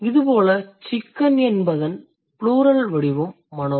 இதேபோல் chicken என்பதன் plural வடிவம் manok